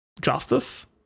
justice